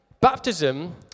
baptism